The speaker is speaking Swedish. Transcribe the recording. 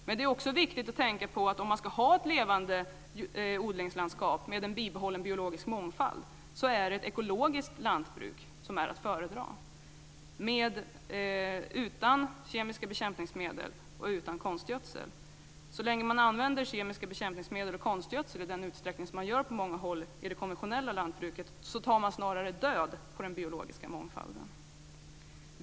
Men det är också viktigt att tänka på att om man ska ha ett levande odlingslandskap med en bibehållen biologisk mångfald så är ett ekologiskt lantbruk att föredra, utan kemiska bekämpningsmedel och utan konstgödsel. Så länge man använder kemiska bekämpningsmedel och konstgödsel i den utsträckning som man gör på många håll i det konventionella lantbruket tar man snarare död på den biologiska mångfalden.